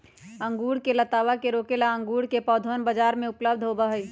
अंगूर के लतावा के रोके ला अंगूर के पौधवन बाजार में उपलब्ध होबा हई